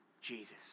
Jesus